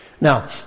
Now